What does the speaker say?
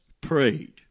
prayed